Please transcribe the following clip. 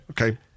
Okay